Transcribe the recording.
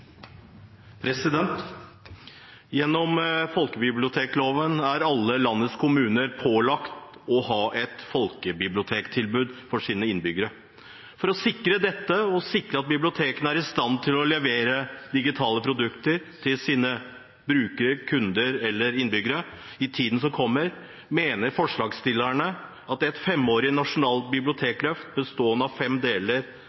alle landets kommuner pålagt å ha et folkebibliotektilbud for sine innbyggere. For å sikre dette og sikre at bibliotekene er i stand til å levere digitale produkter til sine brukere – kunder eller innbyggere – i tiden som kommer, mener forslagsstillerne at et femårig nasjonalt bibliotekløft bestående av fem deler